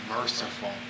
Merciful